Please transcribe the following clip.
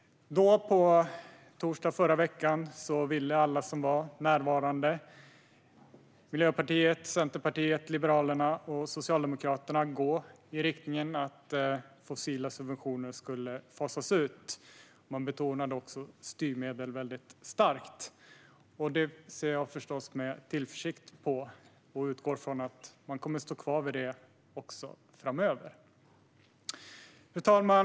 Då, i torsdags förra veckan, ville alla som var närvarande - Miljöpartiet, Centerpartiet, Liberalerna och Socialdemokraterna - gå i riktning mot att fasa ut fossila subventioner. Man betonade också styrmedel väldigt starkt. Det ser jag förstås med tillförsikt på, och jag utgår från att man kommer att stå kvar vid det också framöver. Fru talman!